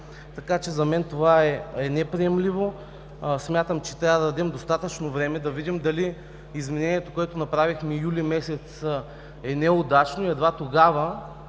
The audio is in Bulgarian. Така че за мен това е неприемливо. Смятам, че трябва да дадем достатъчно време да видим дали изменението, което направихме юли месец, е неудачно и едва тогава